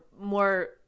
more